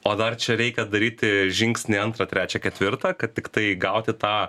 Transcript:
o dar čia reikia daryti žingsnį antrą trečią ketvirtą kad tiktai gauti tą